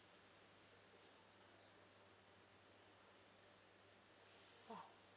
oh